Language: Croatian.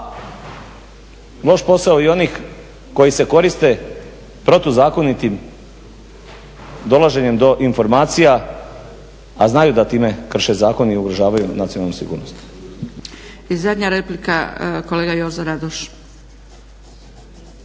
a loš posao i onih koji se koriste protuzakonitim dolaženjem do informacija, a znaju da time krše zakon i ugrožavaju nacionalnu sigurnost. **Zgrebec, Dragica (SDP)** I zadnja replika, kolega Jozo Radoš.